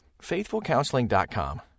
FaithfulCounseling.com